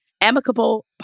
amicable